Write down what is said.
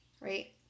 right